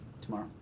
tomorrow